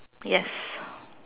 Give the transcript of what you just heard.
yes